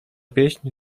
pieśń